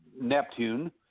Neptune